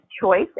choice